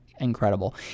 incredible